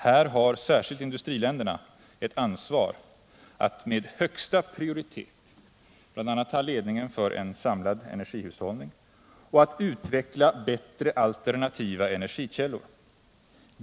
Här har särskilt industriländerna ett ansvar att med högsta prioritet bl.a. ta ledningen för en samlad energihushållning och att utveckla bättre alternativa energikällor.